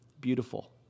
beautiful